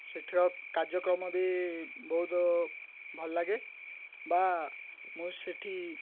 ସେଠାର କାର୍ଯ୍ୟକ୍ରମ ବି ବହୁତ ଭଲଲାଗେ ବା ମୁଁ ସେଠି